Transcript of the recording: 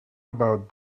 about